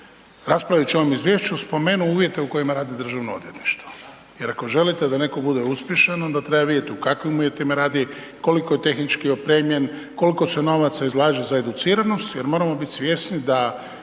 raspravljajući o ovom izvješću, spomenuo uvjete u kojima radi Državno odvjetništvo jer ako želite da neko bude uspješan onda treba vidjeti u kakvim uvjetima radi, koliko je tehnički opremljen, koliko se novaca izlaže za educiranost jer moramo biti svjesni